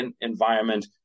environment